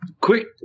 Quick